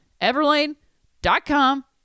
Everlane.com